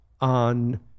on